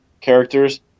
characters